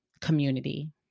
community